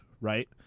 right